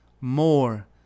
more